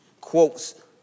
quotes